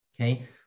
Okay